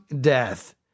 death